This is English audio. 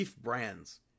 Brands